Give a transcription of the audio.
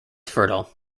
fertile